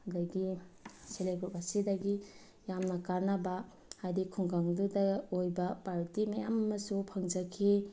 ꯑꯗꯒꯤ self help group ꯑꯁꯤꯗꯒꯤ ꯌꯥꯝꯅ ꯀꯥꯟꯅꯕ ꯍꯥꯏꯗꯤ ꯈꯨꯡꯒꯪꯗꯨꯗ ꯑꯣꯏꯕ ꯄꯥꯔꯇꯤ ꯃꯌꯥꯝ ꯑꯃꯁꯨ ꯐꯪꯖꯈꯤ